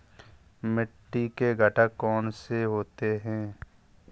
मिट्टी के घटक कौन से होते हैं?